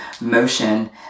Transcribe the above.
motion